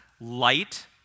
Light